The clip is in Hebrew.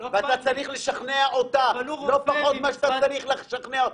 גם לא הסיגריות האלקטרוניות.